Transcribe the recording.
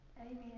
Amen